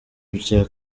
bya